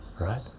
right